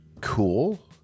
cool